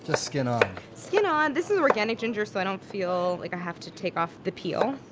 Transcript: ah skin on skin on. this is organic ginger, so i don't feel like i have to take off the peel.